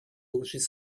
улучшить